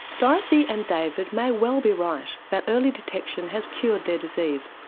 dorothy and david may well be right, that early detection has cured their disease.